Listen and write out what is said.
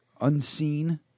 unseen